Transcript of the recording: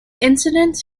incidents